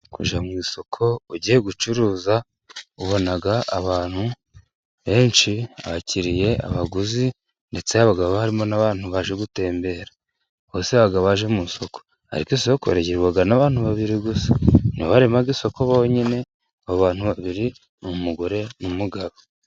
Kujya mu isoko ugiye gucuruza, ubona abantu benshi bakiriye abaguzi, ndetse haba harimo n'abantu baje gutembera, bose baba baje mu isoko ariko isoko rigirwa n'abantu babiri gusa, nibo barema isoko bonyine, abo bantu babiri ni umugore n'umugabo.